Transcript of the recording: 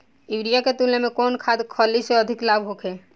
Urea के तुलना में कौन खाध खल्ली से अधिक लाभ होखे?